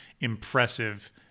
impressive